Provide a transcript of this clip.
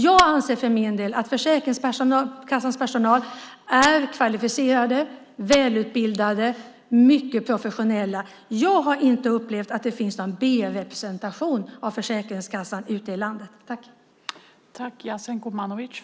Jag anser för min del att Försäkringskassans personal är kvalificerad, välutbildad och mycket professionell. Jag har inte upplevt att det finns någon B-representation av Försäkringskassan ute i landet.